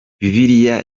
bibiliya